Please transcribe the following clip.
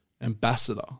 ambassador